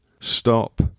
stop